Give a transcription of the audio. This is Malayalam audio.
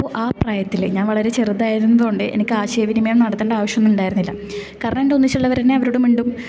അപ്പോൾ ആ പ്രായത്തില് ഞാൻ വളരെ ചെറുതായിരുന്നത് കൊണ്ട് എനിക്ക് ആശയവിനിമയം നടത്തണ്ട ആവശ്യമൊന്നും ഉണ്ടായിരുന്നില്ല കാരണം എൻ്റെ ഒന്നിച്ചൊള്ളവരെന്നെ അവരോട് മിണ്ടും